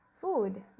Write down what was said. Food